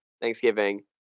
Thanksgiving